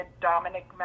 dominic